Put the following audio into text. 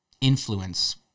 influence